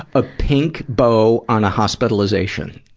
a pink bow on a hospitalization.